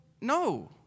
no